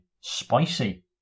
Spicy